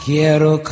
Quiero